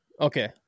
Okay